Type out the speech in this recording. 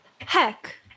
Heck